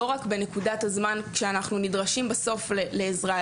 לא רק בנקודת הזמן כשאנחנו נדרשים בסוף לעזרה,